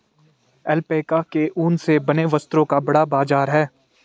alpaca के ऊन से बने वस्त्रों का बड़ा बाजार है